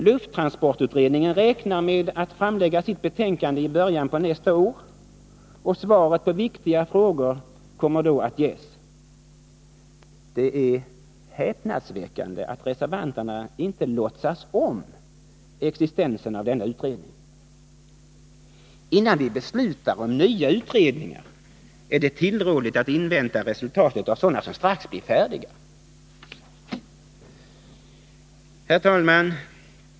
Lufttransportutredningen räknar med att framlägga sitt betänkande i början på nästa år, och svaret på viktiga frågor kommer då att ges. Det är häpnadsväckande att reservanterna inte låtsas om existensen av denna utredning. Innan vi beslutar om nya utredningar, är det tillrådligt att invänta resultatet av sådana som strax blir färdiga. Herr talman!